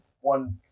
one